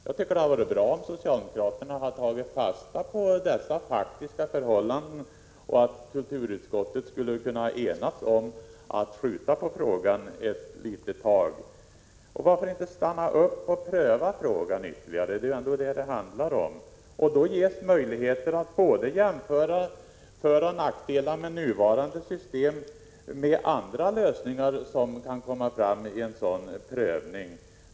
Det hade varit bra om socialdemokraterna tagit fasta på dessa faktiska förhållanden, och jag tycker att kulturutskottet bort kunna enas om att skjuta upp ett avgörande i frågan en tid. Varför inte stanna upp och pröva frågan ytterligare? Då ges möjligheter att jämföra föroch nackdelarna med nuvarande system med andra lösningar som kan komma fram.